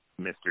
Mr